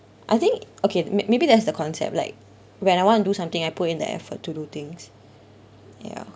I think okay m~ maybe that's the concept like when I want to do something I put in the effort to do things ya